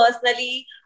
personally